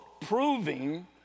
proving